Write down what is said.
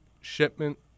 shipment